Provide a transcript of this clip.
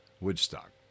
Woodstock